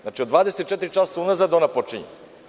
Znači, od 24 časa unazad ona počinje.